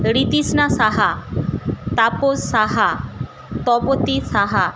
Ritrishna Saha Tapas Saha Tapati Saha